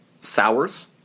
sours